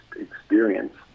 experience